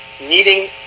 needing